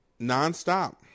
nonstop